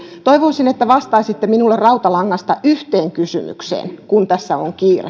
toivoisin että vastaisitte minulle rautalangalla yhteen kysymykseen kun tässä on kiire